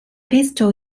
pistol